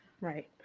Right